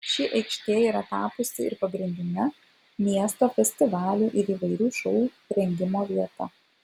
ši aikštė yra tapusi ir pagrindine miesto festivalių ir įvairių šou rengimo vieta